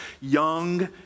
young